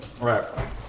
Right